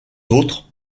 autres